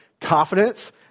confidence